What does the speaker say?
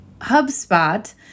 HubSpot